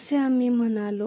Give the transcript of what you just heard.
असे आपण म्हणालो